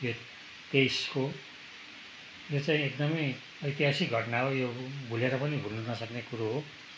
यो तेइसको यो चाहिँ एकदमै ऐतिहासिक घटना हो यो भुलेर पनि भुल्न नसक्ने कुरो हो